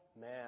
man